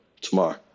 tomorrow